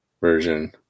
version